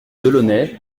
delaunay